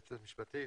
היועצת המשפטית.